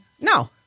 No